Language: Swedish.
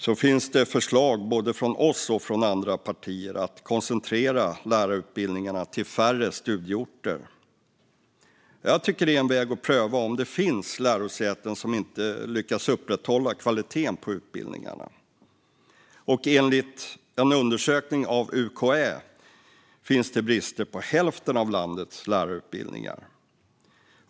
Det finns förslag både från oss och från andra partier om att koncentrera lärarutbildningarna till färre studieorter. Jag tycker att det är en väg att pröva om det finns lärosäten som inte lyckas upprätthålla kvaliteten på utbildningarna. Enligt en undersökning av UKÄ finns det brister på hälften av landets lärarutbildningar.